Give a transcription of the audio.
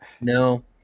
No